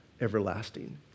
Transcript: everlasting